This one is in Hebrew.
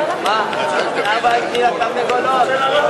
אנשים שאוהבים אחד את השני, זה מופרך.